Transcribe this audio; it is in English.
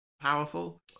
powerful